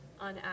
on